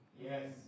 Yes